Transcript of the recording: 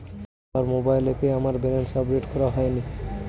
আমার মোবাইল অ্যাপে আমার ব্যালেন্স আপডেট করা হয়নি